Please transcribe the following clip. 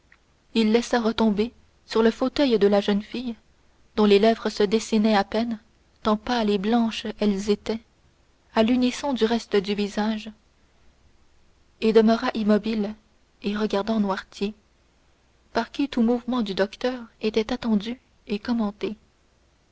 il laissa retomber sur le fauteuil la jeune fille dont les lèvres se dessinaient à peine tant pâles et blanches elles étaient à l'unisson du reste du visage et demeura immobile et regardant noirtier par qui tout mouvement du docteur était attendu et commenté